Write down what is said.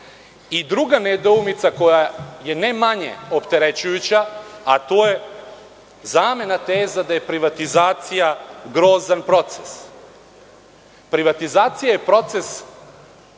Srbije. Druga nedoumica, koja je ne manje opterećujuća, to je zamena teza da je privatizacija grozan proces. Privatizacija je proces